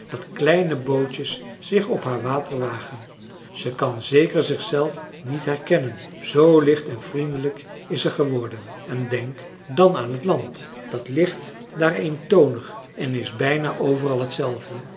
dat kleine bootjes zich op haar water wagen ze kan zeker zichzelf niet herkennen zoo licht en vriendelijk is ze geworden en denk dan aan t land dat ligt daar eentonig en is bijna overal hetzelfde